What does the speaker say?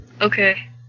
Okay